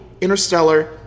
Interstellar